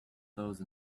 those